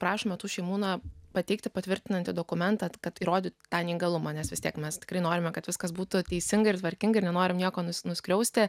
prašome tų šeimų na pateikti patvirtinantį dokumentą kad įrodytų tą neįgalumą nes vis tiek mes tikrai norime kad viskas būtų teisinga ir tvarkinga ir nenorime nieko nuskriausti